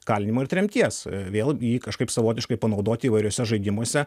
kalinimo ir tremties vėl jį kažkaip savotiškai panaudot įvairiuose žaidimuose